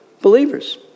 believers